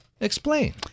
Explain